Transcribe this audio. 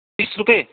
तिस रुपियाँ